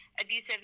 abusive